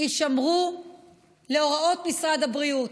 הישמעו להוראות משרד הבריאות.